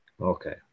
okay